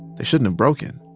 they shouldn't have broken.